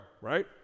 right